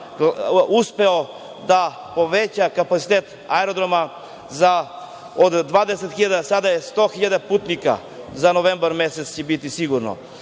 uspeo da poveća kapacitet Aerodroma od 20.000, a sada je 100.000 putnika za novembar mesec će biti sigurno. Znači,